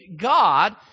God